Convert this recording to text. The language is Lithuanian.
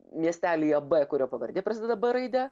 miestelyje b kurio pavardė prasideda b raide